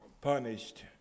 punished